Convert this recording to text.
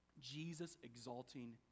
Jesus-exalting